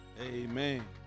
Amen